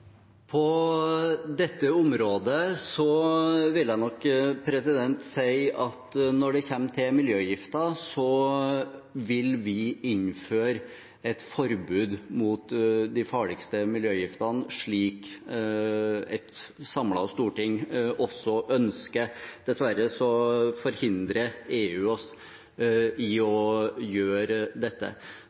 På dette området vil jeg si at når det kommer til miljøgifter, vil vi innføre et forbud mot de farligste miljøgiftene, slik et samlet storting også ønsker. Dessverre forhindrer EU oss fra å gjøre dette.